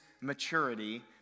maturity